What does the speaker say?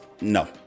No